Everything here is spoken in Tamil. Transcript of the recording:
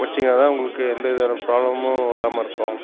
வச்சிங்கனால் தான் உங்களுக்கு வந்து எந்த விதமான ப்ராப்ளமும் வராமல் இருக்கும்